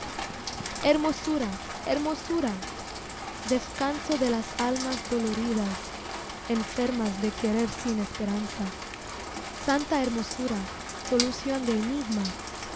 hermosura hermosura descanso de las almas doloridas enfermas de querer sin esperanza santa hermosura solución del enigma